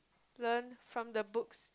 learned from the books